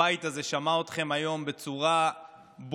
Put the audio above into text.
הבית הזה שמע אתכם היום בצורה ברורה.